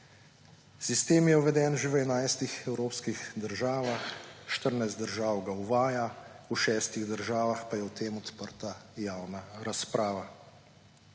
Sistem je uveden že v 11 evropskih državah, 14 držav ga uvaja, v 6 državah pa je o tem odprta javna razprava.